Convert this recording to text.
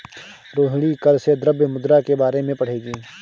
रोहिणी कल से द्रव्य मुद्रा के बारे में पढ़ेगी